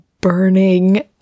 burning